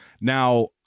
Now